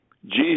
Jesus